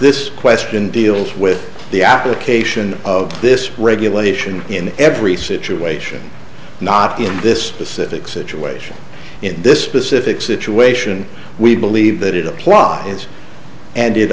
this question deals with the application in of this regulation in every situation not in this specific situation in this specific situation we believe that it applies and it